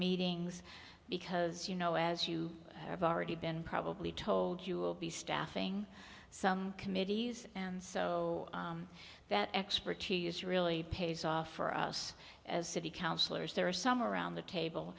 meetings because you know as you have already been probably told you'll be staffing some committees and so that expertise really pays off for us as city councilors there are some around the table